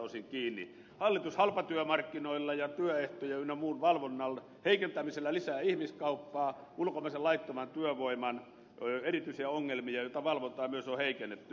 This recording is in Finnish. hallitus lisää halpatyömarkkinoilla ja työehtojen ynnä muun valvonnan heikentämisellä ihmiskauppaa lisää ulkomaisen laittoman työvoiman erityisiä ongelmia jonka valvontaa on myös heikennetty